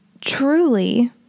truly